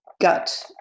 gut